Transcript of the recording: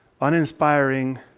uninspiring